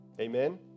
Amen